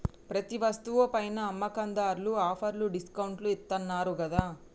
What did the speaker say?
ప్రతి వస్తువు పైనా అమ్మకందార్లు ఆఫర్లు డిస్కౌంట్లు ఇత్తన్నారు గదా